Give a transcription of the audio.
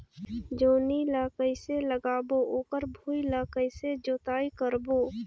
जोणी ला कइसे लगाबो ओकर भुईं ला कइसे जोताई करबो?